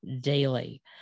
daily